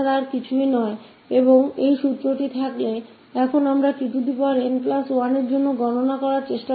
sn1 है और इस सूत्र क होने पर हम कोशिश कर सकते है ा की गड़ना करने की